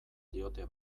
diote